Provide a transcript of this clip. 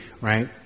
right